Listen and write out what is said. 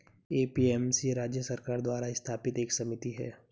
APMC राज्य सरकार द्वारा स्थापित एक समिति है